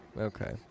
okay